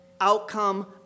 outcome